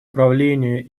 правления